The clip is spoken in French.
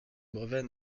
brevet